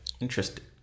Interesting